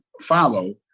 follow